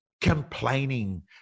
complaining